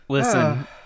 Listen